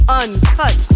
uncut